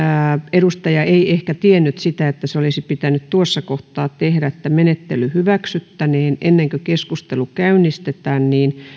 edustaja ei ehkä tiennyt sitä että se olisi pitänyt tehdä tuossa menettely hyväksyttäneen kohdassa ennen kuin keskustelu käynnistetään